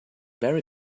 berry